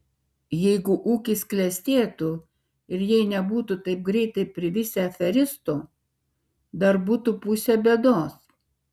jeigu ūkis klestėtų ir jei nebūtų taip greitai privisę aferistų dar būtų pusė bėdos